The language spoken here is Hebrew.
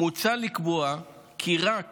מוצע לקבוע כי רק